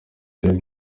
sibyo